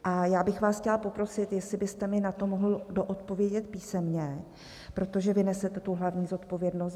A já bych vás chtěla poprosit, jestli byste mi na to mohl doodpovědět písemně, protože vy nesete tu hlavní zodpovědnost.